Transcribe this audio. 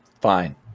Fine